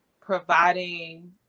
providing